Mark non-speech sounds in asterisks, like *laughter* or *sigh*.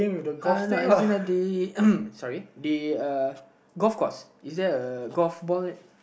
uh no as in at the *noise* sorry the uh golf course is there a golf ball